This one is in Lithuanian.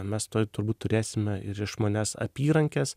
mes tuoj turbūt turėsime ir išmanias apyrankes